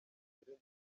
mbere